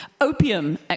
Opium